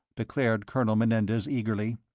declared colonel menendez, eagerly.